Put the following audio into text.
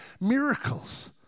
miracles